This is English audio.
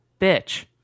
bitch